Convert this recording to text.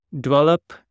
develop